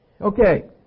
Okay